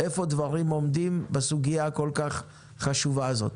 איפה דברים עומדים בסוגיה הכל-כך חשובה הזאת?